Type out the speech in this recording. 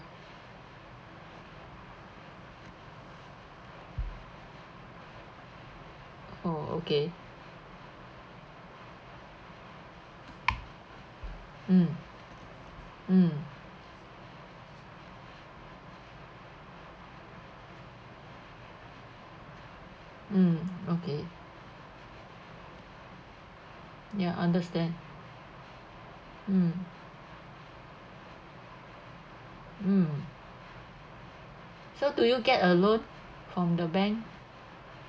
oh okay mm mm mm okay ya understand mm mm so do you get a loan from the bank